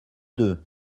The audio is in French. deux